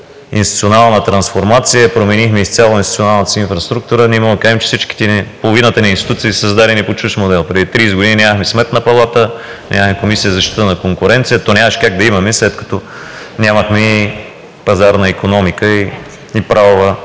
институционална трансформация – променихме изцяло институционалната си инфраструктура. Можем да кажем, че половината ни институции са създадени по чужд модел – преди 30 години нямахме Сметна палата, нямахме Комисия за защита на конкуренцията, а нямаше и как да имаме, след като нямахме и пазарна икономика, и правова